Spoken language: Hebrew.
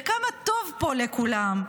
וכמה טוב פה לכולם,